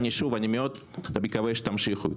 ואני מאוד מקווה שתמשיכו אותה.